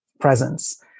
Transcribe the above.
presence